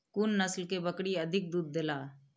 कुन नस्ल के बकरी अधिक दूध देला?